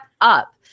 up